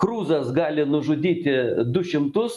kruzas gali nužudyti du šimtus